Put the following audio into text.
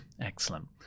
Excellent